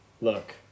Look